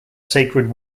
sacred